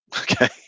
okay